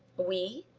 we?